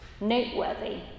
noteworthy